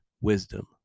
wisdom